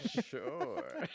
sure